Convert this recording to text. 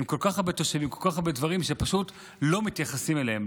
עם כל כך הרבה תושבים וכל כך הרבה דברים שפשוט לא מתייחסים אליהם,